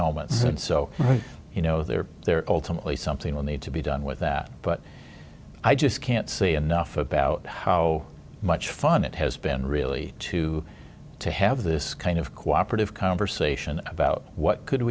and so you know they're there ultimately something will need to be done with that but i just can't say enough about how much fun it has been really to to have this kind of cooperative conversation about what could